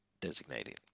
designated